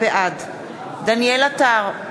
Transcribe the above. בעד דניאל עטר,